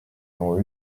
avons